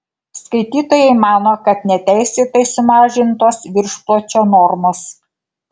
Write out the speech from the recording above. skaitytojai mano kad neteisėtai sumažintos viršpločio normos